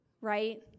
right